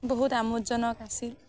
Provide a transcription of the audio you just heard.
বহুত আমোদজনক আছিল